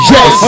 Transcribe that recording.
Yes